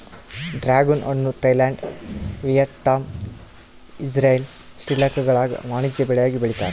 dragon ಹಣ್ಣು Thailand Vietnam Israel ಶ್ರೀಲಂಕಾಗುಳಾಗ ವಾಣಿಜ್ಯ ಬೆಳೆಯಾಗಿ ಬೆಳೀತಾರ